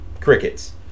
crickets